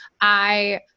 I-